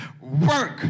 work